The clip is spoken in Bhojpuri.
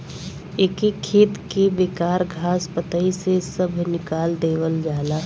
एके खेत के बेकार घास पतई से सभ निकाल देवल जाला